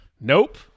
Nope